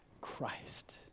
Christ